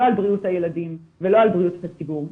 לא על בריאות הילדים ולא על בריאות הציבור,